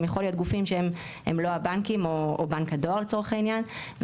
יכולים להיות גופים שהם לא הבנקים או בנק הדואר לצורך העניין,